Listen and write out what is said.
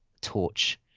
torch